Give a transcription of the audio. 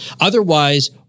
Otherwise